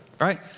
right